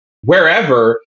wherever